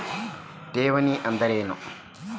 ಠೇವಣಿ ಅಂದ್ರೇನು?